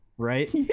Right